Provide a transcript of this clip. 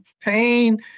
Pain